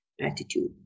attitude